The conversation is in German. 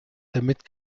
damit